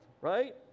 right